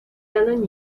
ellen